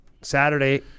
Saturday